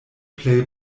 plej